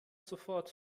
sofort